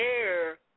air